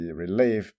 relief